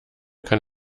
kann